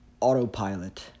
autopilot